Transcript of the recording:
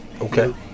Okay